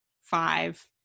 five